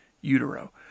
utero